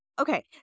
Okay